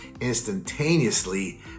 instantaneously